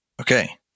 Okay